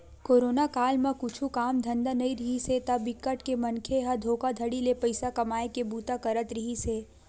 corona काल म कुछु काम धंधा नइ रिहिस हे ता बिकट के मनखे मन ह धोखाघड़ी ले पइसा कमाए के बूता करत रिहिस हे